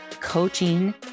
coaching